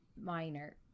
Minor